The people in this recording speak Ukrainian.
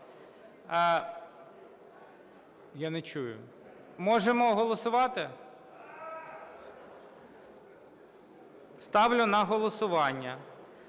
Я не чую. Можемо голосувати? Ставлю на голосування